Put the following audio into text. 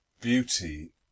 beauty